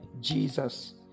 jesus